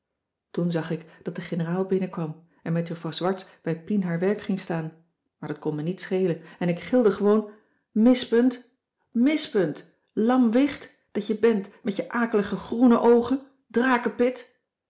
toen zag ik dat de generaal binnenkwam en met juffrouw swarts bij pien haar werk ging staan maar dat kon mij niets schelen en ik gilde gewoon mispunt mispunt lam wicht dat je bent met je akelige groene oogen drakepit